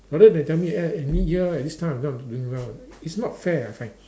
rather than tell me at mid year at this time I'm not doing well it's not fair I find